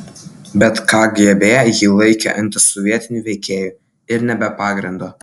bet kgb jį laikė antisovietiniu veikėju ir ne be pagrindo